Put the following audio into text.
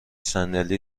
صندلی